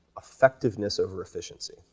effectiveness over efficiency,